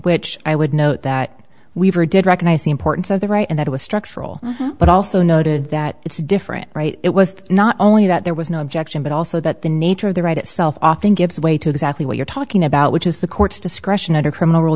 which i would note that weaver did recognize the importance of the right and that was structural but also noted that it's different right it was not only that there was no objection but also that the nature of the right itself often gives way to exactly what you're talking about which is the court's discretion under criminal r